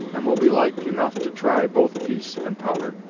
and will be like enough to try both piece and powder.